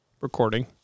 recording